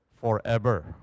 forever